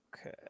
Okay